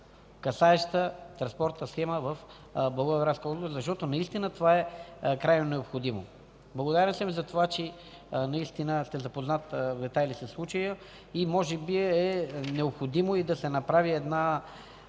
касаеща транспортната схема в Благоевградска област? Наистина това е крайно необходимо. Благодарен съм Ви за това, че наистина сте запознат в детайли със случая и може би е необходимо да се направи, да